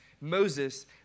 Moses